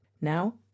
Now